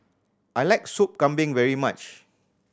I like Sop Kambing very much